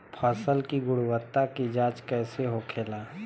फसल की गुणवत्ता की जांच कैसे होखेला?